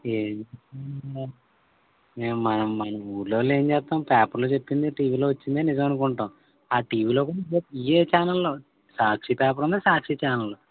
మా మన ఊళ్ళో వాళ్ళం ఏం చేస్తాం ఆ పేపర్లో వచ్చింది టీవీలో వచ్చింది నిజం అనుకుంటాం ఆ టీవీలో కూడా ఇవే ఛానళ్ళు సాక్షి పేపర్ ఉంది సాక్షి చానెల్ ఉంది